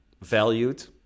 valued